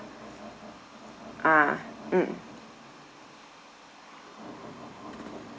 ah mm